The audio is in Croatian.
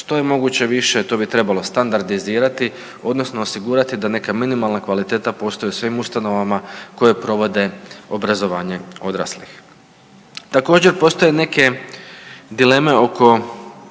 što je moguće više to bi trebalo standardizirati odnosno osigurati da neka minimalna kvaliteta postoji u svim ustanovama koje provode obrazovanje odraslih. Također postoje dileme oko